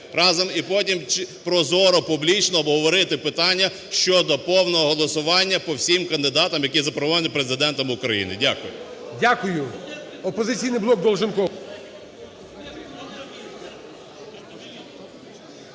і потім прозоро, публічно обговорити питання щодо повного голосування по всім кандидатам, які запропоновані Президентом України. Дякую.